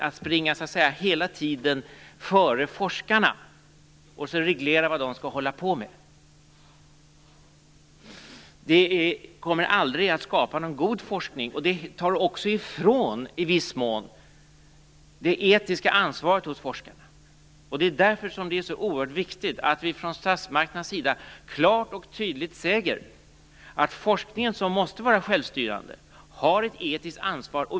Det är inte möjlig att hela tiden så att säga springa före forskarna och reglera vad de skall hålla på med. Det kommer aldrig att skapa någon god forskning, och det tar i viss mån också det etiska ansvaret ifrån forskarna. Det är därför oerhört viktigt att vi från statsmakternas sida klart och tydligt säger att forskningen, som måste vara självstyrande, har ett etiskt ansvar.